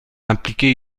impliqué